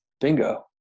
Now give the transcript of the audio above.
bingo